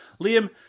Liam